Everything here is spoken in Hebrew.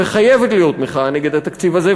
וחייבת להיות מחאה נגד התקציב הזה,